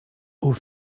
aux